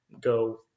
go